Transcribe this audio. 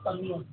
ଆଜ୍ଞା